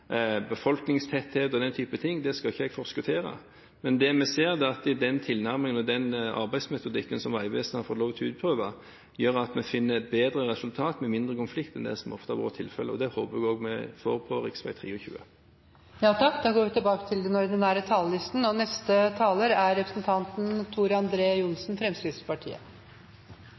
det vi ser, er at den tilnærmingen og den arbeidsmetodikken som Vegvesenet har fått lov til å utprøve, gjør at vi får et bedre resultat med mindre konflikt enn det som ofte har vært tilfellet, og det håper jeg vi også får på rv. Replikkordskiftet er omme. De talere som heretter får ordet, har en taletid på inntil 3 minutter. Når det gjelder Lundteigens invitasjon til debatt om bom på sideveier, er